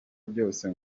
byose